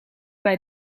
bij